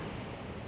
extinct